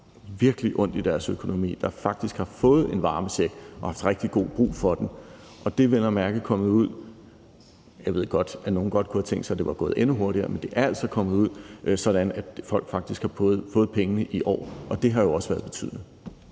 virkelig har ondt i deres økonomi, som faktisk har fået en varmecheck og har haft rigtig god brug for den. De er vel at mærke kommet ud – jeg ved, at nogle godt kunne have tænkt sig, at det var gået endnu hurtigere – sådan at folk faktisk har fået pengene i år. Det har jo også været af betydning.